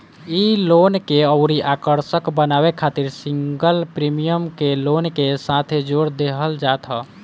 इ लोन के अउरी आकर्षक बनावे खातिर सिंगल प्रीमियम के लोन के साथे जोड़ देहल जात ह